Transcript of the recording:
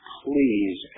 please